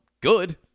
good